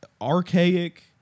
archaic